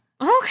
Okay